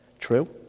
True